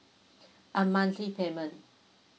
uh monthly payment